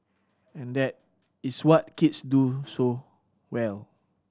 and that is what kids do so well